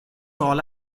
all